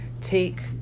take